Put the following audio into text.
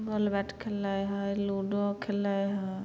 ball bat खेलै हइ ludo खेलै हइ